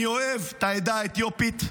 אני אוהב את העדה האתיופית,